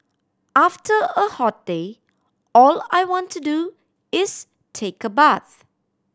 after a hot day all I want to do is take a bath